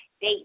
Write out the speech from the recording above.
date